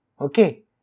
Okay